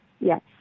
yes